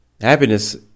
Happiness